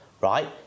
right